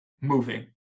moving